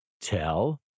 tell